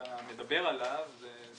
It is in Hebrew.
שאתה מדבר עליו הוא